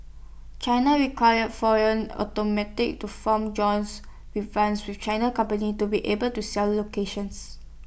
China require foreign automatic to form joins we vans with China company to be able to sell locations